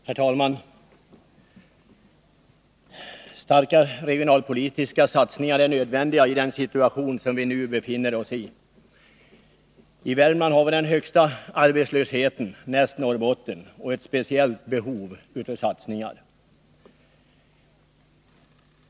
Herr talman! Starka regionalpolitiska satsningar är nödvändiga i den situation som vi befinner oss i. Värmland har den högsta arbetslösheten — näst Norrbotten — och ett speciellt behov av satsningar.